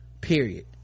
period